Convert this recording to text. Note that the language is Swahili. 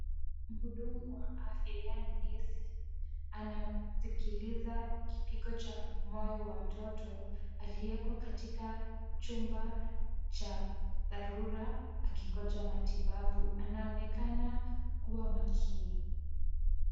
Mhudumu wa afya, yaani nesi. Anasikiliza kipigo cha moyo wa mtoto, aliyewekwa katika chumba cha dharura akingoja matibabu. Anaonekana kuwa makini.